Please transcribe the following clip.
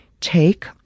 take